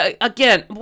Again